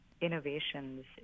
innovations